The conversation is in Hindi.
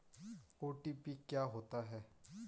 ओ.टी.पी क्या होता है?